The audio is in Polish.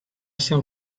się